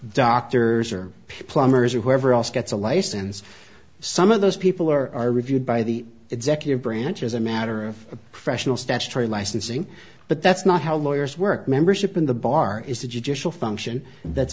doctors or plumbers or whoever else gets a license some of those people are are reviewed by the executive branch as a matter of a professional statutory licensing but that's not how lawyers work membership in the bar is a judicial function that's